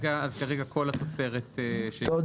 אז כרגע כל התוצרת --- תודה.